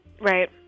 Right